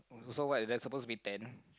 so what there's supposed to be ten